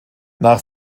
nach